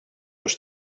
les